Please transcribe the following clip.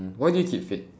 why do you keep fit